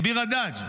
מביר הדאג',